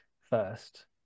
first